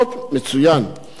אבל להטיל מגבלות,